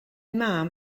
mam